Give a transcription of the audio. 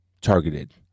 targeted